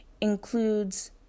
includes